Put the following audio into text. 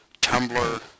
Tumblr